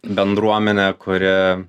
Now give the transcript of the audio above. bendruomenė kuri